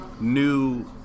new